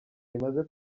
bimaze